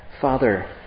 Father